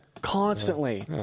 constantly